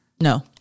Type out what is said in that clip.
No